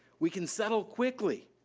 we can settle quickly.